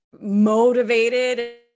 motivated